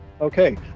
Okay